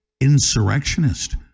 insurrectionist